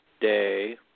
day